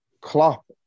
Klopp